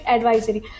Advisory